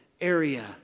area